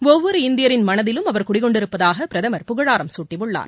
ஒவ்வொரு இந்தியரின் மனதிலும் அவர் குடிகொண்டிருப்பதாக பிரதமர் புகழாரம் சூட்டியுள்ளார்